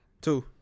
two